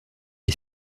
est